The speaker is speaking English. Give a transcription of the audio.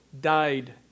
died